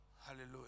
Hallelujah